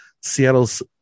Seattle's